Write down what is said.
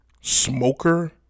smoker